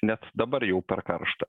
net dabar jau per karšta